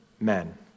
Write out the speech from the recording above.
men